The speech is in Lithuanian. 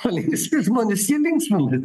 o linksmi žmonės jie linksmina